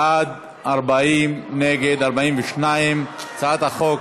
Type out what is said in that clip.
בעד, 40, נגד, 42. הצעת החוק